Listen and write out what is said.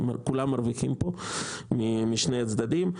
כולם מרוויחים פה משני צדדים.